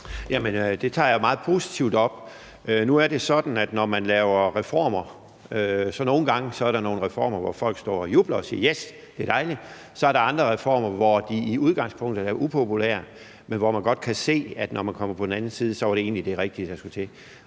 det tager jeg meget positivt imod. Når man laver reformer, er det nogle gange sådan, at der er nogle reformer, hvor folk står og jubler og siger: Yes, det er dejligt. Så er der andre reformer, som i udgangspunktet er upopulære, men hvor man, når man kommer over på den anden side af dem, godt kan se, at det var det rigtige og det, der skulle til.